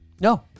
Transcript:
No